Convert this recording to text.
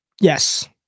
Yes